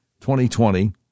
2020